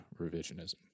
revisionism